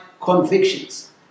convictions